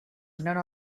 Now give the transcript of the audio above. none